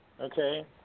okay